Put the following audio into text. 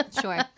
sure